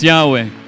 Yahweh